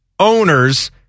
Owners